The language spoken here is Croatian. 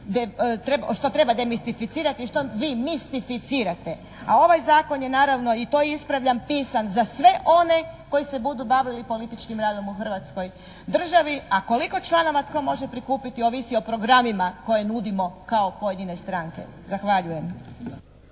što treba demistificirati i što vi mistificirate, a ovaj Zakon je naravno i to ispravljan pisan za sve one koji se budu bavili političkim radom u Hrvatskoj državi, a koliko članova tko može prikupiti ovisi o programima koje nudimo kao pojedine stranke. Zahvaljujem.